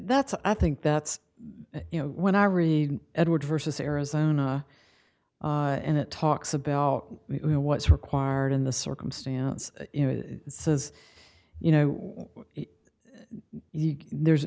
that's i think that's you know when i read edward versus arizona in the talks about what's required in the circumstance says you know there's